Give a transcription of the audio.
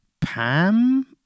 Pam